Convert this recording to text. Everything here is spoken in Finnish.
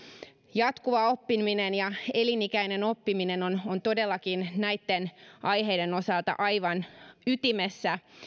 jatkuva oppiminen ja elinikäinen oppiminen on on todellakin näitten aiheiden osalta aivan ytimessä